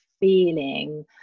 feeling